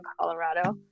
Colorado